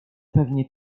pewnie